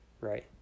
right